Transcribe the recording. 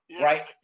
Right